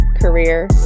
career